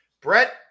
Brett